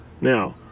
Now